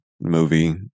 movie